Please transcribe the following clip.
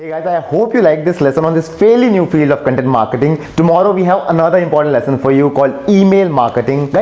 yeah i hope you like this lesson on this fairly new field of content marketing, tomorrow we have another important lesson for you called email marketing. but